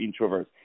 Introverts